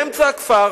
באמצע הכפר,